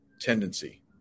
Tendency